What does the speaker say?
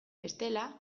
bestela